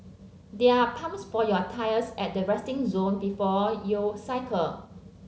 there are pumps for your tyres at the resting zone before you cycle